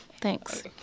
Thanks